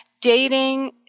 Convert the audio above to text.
Dating